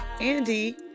Andy